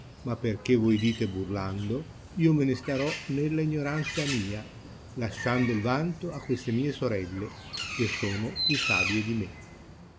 ma perchè voi dite burlando io me ne starò nella ignoranza mia lasciando il vanto a queste mie sorelle che sono più savie di me